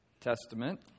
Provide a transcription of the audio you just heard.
Testament